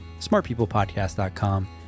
smartpeoplepodcast.com